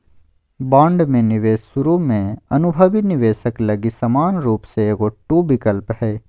bond में निवेश शुरु में अनुभवी निवेशक लगी समान रूप से एगो टू विकल्प हइ